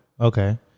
Okay